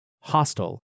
hostile